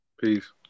Peace